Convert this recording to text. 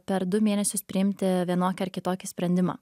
per du mėnesius priimti vienokį ar kitokį sprendimą